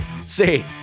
Say